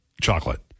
chocolate